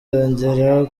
yongeraho